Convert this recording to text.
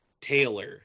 Taylor